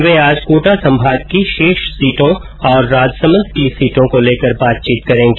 वे आज कोटा सम्भाग की शेष सीटो ओर राजसमन्द की सीटो को लेकर बातचीत करेंगी